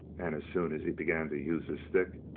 and as soon as he began to use his stick,